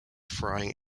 frying